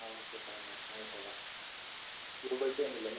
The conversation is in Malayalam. ആ ഓക്കെ ഫൈൻ മാം ഞാൻ ഇട്ടുതരാം ഗൂഗിൾ പേ ഉണ്ടല്ലോ അല്ലേ